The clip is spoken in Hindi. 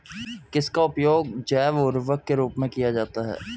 किसका उपयोग जैव उर्वरक के रूप में किया जाता है?